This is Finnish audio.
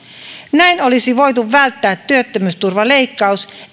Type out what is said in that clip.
näin olisi voitu välttää työttömyysturvaleikkaus